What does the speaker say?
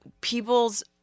people's